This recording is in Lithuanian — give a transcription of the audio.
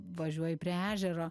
važiuoji prie ežero